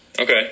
Okay